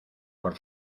por